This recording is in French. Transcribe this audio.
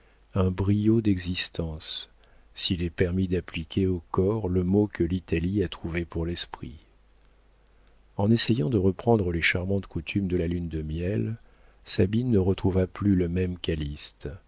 un brio d'existence s'il est permis d'appliquer au corps le mot que l'italie a trouvé pour l'esprit en essayant de reprendre les charmantes coutumes de la lune de miel sabine ne retrouva plus le même